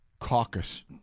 caucus